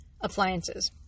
appliances